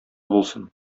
булсын